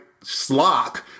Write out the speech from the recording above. slock